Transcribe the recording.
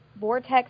Vortex